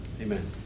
Amen